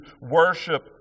worship